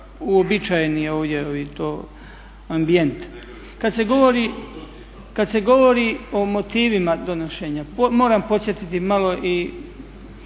uobičajeni ambijent. Kad se govori o motivima donošenja, moram podsjetiti malo i